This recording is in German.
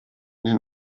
den